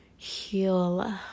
heal